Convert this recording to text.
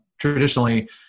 traditionally